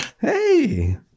Hey